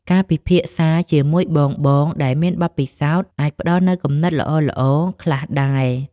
ការពិភាក្សាជាមួយបងៗដែលមានបទពិសោធន៍ អាចផ្តល់នូវគំនិតល្អៗខ្លះដែរ។